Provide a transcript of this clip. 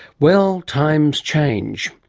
well, times change.